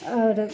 आओर